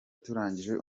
turangije